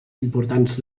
importants